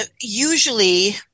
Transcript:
usually